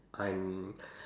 I'm